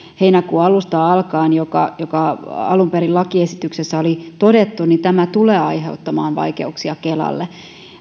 heinäkuun alusta alkaen joka joka alun perin lakiesityksessä oli todettu niin tämä tulee aiheuttamaan vaikeuksia kelalle